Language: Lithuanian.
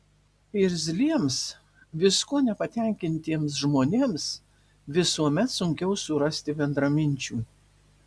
irzliems viskuo nepatenkintiems žmonėms visuomet sunkiau surasti bendraminčių